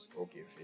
okay